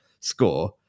score